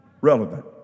relevant